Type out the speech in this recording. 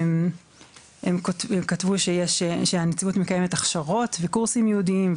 הם כתבו שהנציבות מקיימת הכשרות וקורסים ייעודיים,